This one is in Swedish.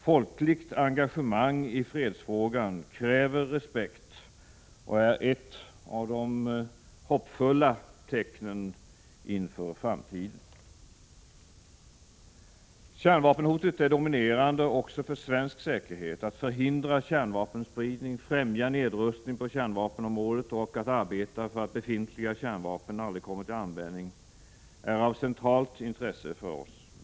Folkligt engagemang i fredsfrågan kräver respekt och är ett av de hoppfulla tecknen inför framtiden. Kärnvapenhotet är dominerande också för svensk säkerhet. Att förhindra kärnvapenspridning, främja nedrustning på kärnvapenområdet och arbeta för att befintliga kärnvapen aldrig kommer till användning är av centralt intresse för oss.